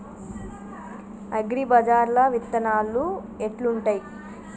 అగ్రిబజార్ల విత్తనాలు ఎట్లుంటయ్?